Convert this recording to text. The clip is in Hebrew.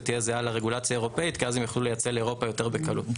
תהיה תזהה לזו האירופאית כי אז יוכלו לייצא לאירופה יותר בקלות.